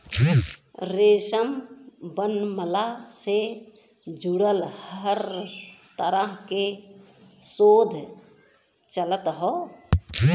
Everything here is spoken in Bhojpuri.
रेशम बनवला से जुड़ल हर तरह के शोध चलत हौ